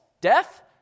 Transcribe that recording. Death